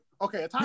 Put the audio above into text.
okay